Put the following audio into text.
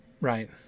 right